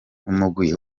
umugwi